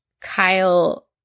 Kyle